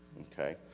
Okay